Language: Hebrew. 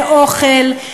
באוכל,